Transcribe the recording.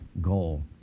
goal